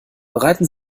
bereiten